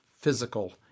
physical